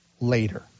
later